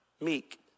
Meek